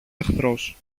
εχθρός